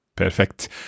Perfect